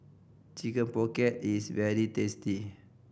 Chicken Pocket is very tasty